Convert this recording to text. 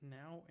now